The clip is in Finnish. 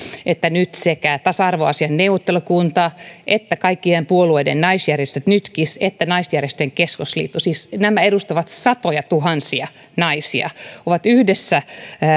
että nyt sekä tasa arvoasiain neuvottelukunta että kaikkien puolueiden naisjärjestöt nytkis ja naisjärjestöjen keskusliitto siis nämä edustavat satojatuhansia naisia yhdessä